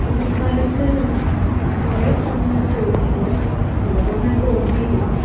കുട്ടിക്കാലത്ത് കുറേ സ്ഥലങ്ങൾ പോയിട്ടുണ്ട് ചിലതൊന്നും എനിക്ക് ഓർമ്മയില്ല